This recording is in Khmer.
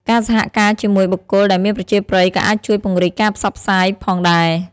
ការសហការជាមួយបុគ្គលដែលមានប្រជាប្រិយក៏អាចជួយពង្រីកការផ្សព្វផ្សាយផងដែរ។